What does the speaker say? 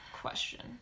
question